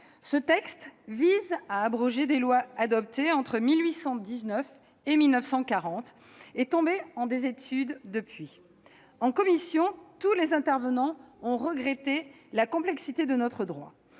Ce texte vise à abroger des lois adoptées entre 1819 et 1940 et tombées en désuétude depuis lors. Au sein de la commission, tous les intervenants ont regretté la complexité de notre droit.